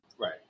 right